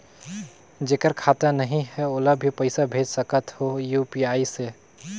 जेकर खाता नहीं है ओला भी पइसा भेज सकत हो यू.पी.आई से?